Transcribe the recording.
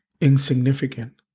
Insignificant